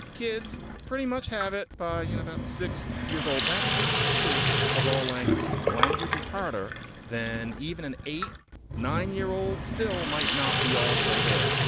kids pretty much have it by you about six years old. that is not true of all languages. if the language is harder than even, an eight nine year old still might not be all the way there.